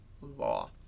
law